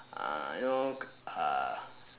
uh you know uh